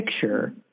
picture